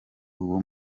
uwo